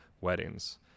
weddings